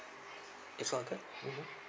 it's all good mmhmm